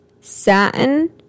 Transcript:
satin